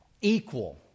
Equal